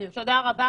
תודה רבה.